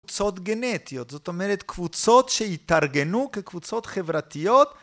קבוצות גנטיות, זאת אומרת קבוצות שהתארגנו כקבוצות חברתיות.